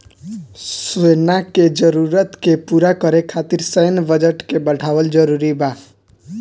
सेना के जरूरत के पूरा करे खातिर सैन्य बजट के बढ़ावल जरूरी बा